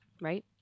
Right